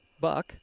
buck